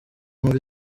muri